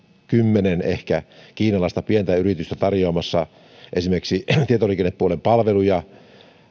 kymmenen pientä kiinalaista yritystä tarjoamassa esimerkiksi tietoliikennepuolen palveluja